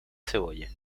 cebolla